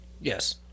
Yes